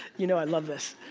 you know, i love this.